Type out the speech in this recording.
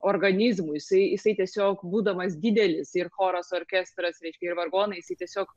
organizmu jisai jisai tiesiog būdamas didelis ir choras orkestras reiškia ir vargonai jisai tiesiog